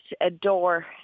adore